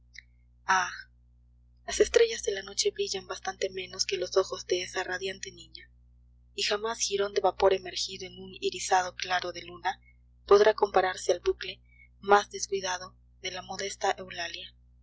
las estrellas de la noche brillan bastante menos que los ojos de esa radiante niña y jamás girón de vapor emergido en un irisado claro de luna podrá compararse al bucle más descuidado de la modesta